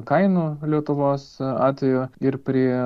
kainų lietuvos atveju ir prie